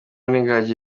n’ingagi